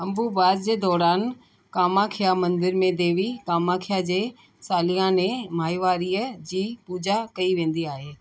अंबुबाच जे दौरान कामाख्या मंदर में देवी कामाख्या जे सालियाने माहिवारीअ जी पूॼा कई वेंदी आहे